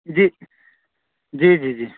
جی جی جی جی